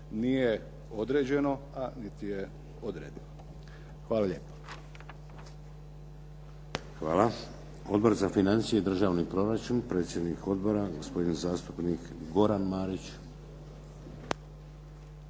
nije određeno, a niti je odrede. Hvala lijepo. **Šeks, Vladimir (HDZ)** Hvala. Odbor za financije i državni proračun, predsjednik odbora gospodin zastupnik Goran Marić.